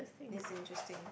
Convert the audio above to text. is interesting